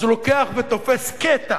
אז הוא לוקח ותופס קטע